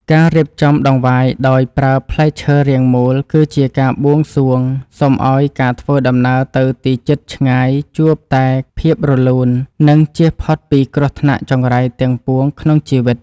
ការរៀបចំដង្វាយដោយប្រើផ្លែឈើរាងមូលគឺជាការបួងសួងសុំឱ្យការធ្វើដំណើរទៅទីជិតឆ្ងាយជួបតែភាពរលូន និង ជៀសផុតពីគ្រោះថ្នាក់ចង្រៃទាំងពួងក្នុងជីវិត។